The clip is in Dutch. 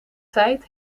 tijd